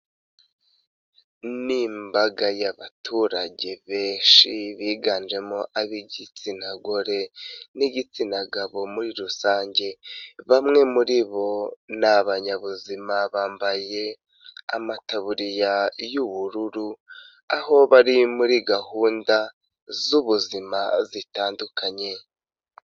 Ni imbaga y'abaturage benshi biganjemo ab'igitsina gore n'igitsina gabo muri rusange. Bamwe muri bo ni abanyabuzima bambaye amataburiya y'ubururu. Aho bari muri gahunda z'ubuzima zitandukanye.